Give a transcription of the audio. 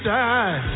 die